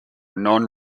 non